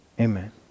Amen